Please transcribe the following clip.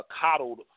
coddled